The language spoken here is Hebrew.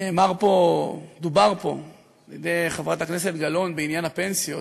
דיברה פה חברת הכנסת גלאון בעניין הפנסיות.